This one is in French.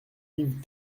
yves